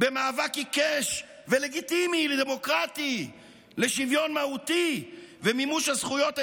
מאבק עיקש ולגיטימי ודמוקרטי לשוויון מהותי ומימוש הזכויות האישיות,